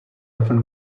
often